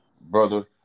Brother